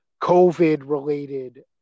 COVID-related